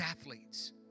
athletes